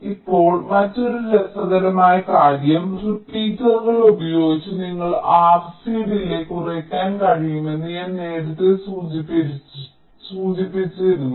ഇപ്പോൾ മറ്റൊരു രസകരമായ കാര്യം റിപ്പീറ്ററുകൾ ഉപയോഗിച്ച് നിങ്ങൾക്ക് RC ഡിലേയ്യ് കുറയ്ക്കാൻ കഴിയുമെന്ന് ഞാൻ നേരത്തെ സൂചിപ്പിച്ചിരുന്നു